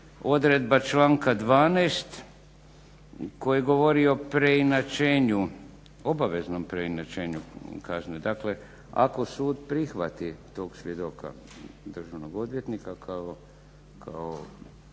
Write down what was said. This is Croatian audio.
odredba članka 12. koji govori o preinačenju, obaveznom preinačenju kazne. Dakle, ako sud prihvati tog svjedoka državnog odvjetnika kao